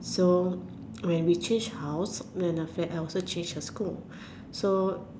so when we changed house I also change her school so